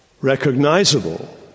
recognizable